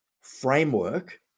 framework